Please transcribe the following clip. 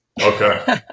Okay